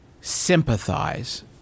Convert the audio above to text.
Sympathize